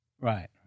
right